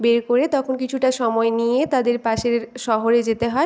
বের করে তখন কিছুটা সময় নিয়ে তাদের পাশের শহরে যেতে হয়